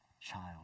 child